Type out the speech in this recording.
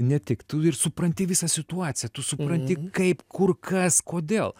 ne tik tu ir supranti visą situaciją tu supranti kaip kur kas kodėl